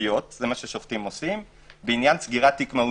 שיפוטיות זה מה ששופטים עושים בעניין סגירת תיק מהו"ת.